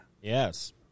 Yes